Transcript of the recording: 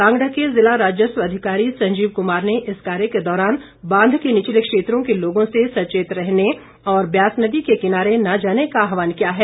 कांगड़ा के ज़िला राजस्व अधिकारी संजीव कुमार ने इस कार्य के दौरान बांध के निचले क्षेत्रों के लोगों से सचेत रहने और ब्यास नदी के किनारे न जाने का आहवान किया है